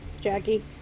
Jackie